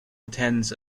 attends